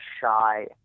shy